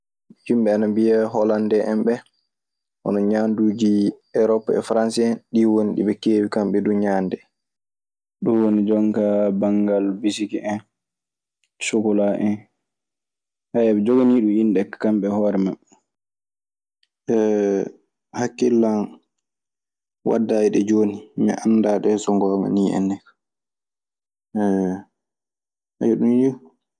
Yimɓe ana mbiya holandee en ɓe hono ñaanduuji erop e faranse en. Ɗii woni ɗi ɓe keewi kamɓe duu ñaande. Ɗun woni jon kaa banngal bisiki en, sokkolaa en. Eɓe njoganii ɗun innde kaa, kamɓe e hoore maɓɓe. hakkille an wadday ɗe jooni, mi andaa dee so ngoonga nii enne ka, ayo.